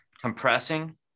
compressing